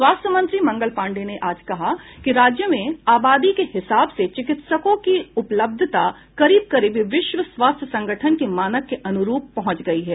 स्वास्थ्य मंत्री मंगल पांडेय ने आज कहा कि राज्य में आबादी के हिसाब से चिकित्सकों की उपलब्धता करीब करीब विश्व स्वास्थ्य संगठन के मानक के अनुरूप पहुंच गयी है